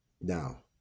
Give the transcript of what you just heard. Now